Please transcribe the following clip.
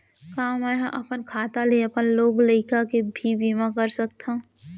का मैं ह अपन खाता ले अपन लोग लइका के भी बीमा कर सकत हो